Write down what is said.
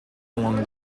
along